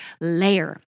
layer